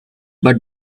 but